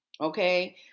Okay